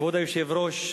כבוד היושב-ראש,